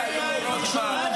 מה הביא היום רוטמן?